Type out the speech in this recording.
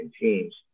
teams